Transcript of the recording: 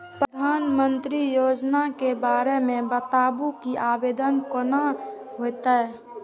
प्रधानमंत्री योजना के बारे मे बताबु की आवेदन कोना हेतै?